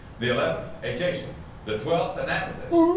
the eleventh, a jacinth the twelth, an amethyst.